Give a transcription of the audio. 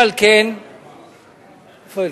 איפה אלקין?